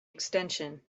extension